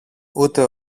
ούτε